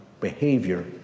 behavior